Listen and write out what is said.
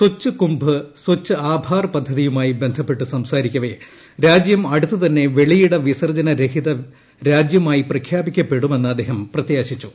സ്വച്ഛ് കുംഭ് സ്വച്ഛ് ആഭാർ പദ്ധതി യുമായി ബന്ധപ്പെട്ട് സംസാരിക്കവെ രാജ്യം അടുത്തുതന്നെ വെളി യിട വിസർജ്ജന രഹിത രാജ്യമായി പ്രഖ്യാപിക്കപ്പെടുമെന്ന് അദ്ദേഹം പ്രത്യാശിച്ചു